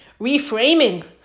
Reframing